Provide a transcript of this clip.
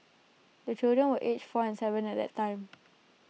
the children were aged four and Seven at that time